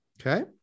Okay